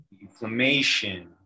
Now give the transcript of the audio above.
inflammation